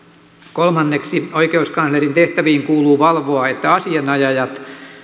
kolmanneksi oikeuskanslerin tehtäviin kuuluu valvoa että asianajajat